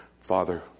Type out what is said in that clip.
Father